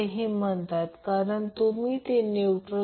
हा एक अतिशय सोप्पा प्रॉब्लेम आहे